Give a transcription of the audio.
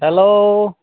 hello